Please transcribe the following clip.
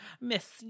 Miss